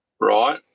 right